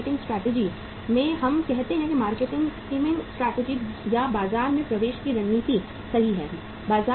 marketing strategy में हम कहते हैं कि मार्केट स्किमिंग स्ट्रैटेजी या बाजार में प्रवेश की रणनीति सही है